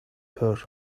her